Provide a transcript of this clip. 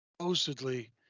supposedly